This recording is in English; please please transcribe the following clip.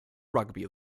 rugby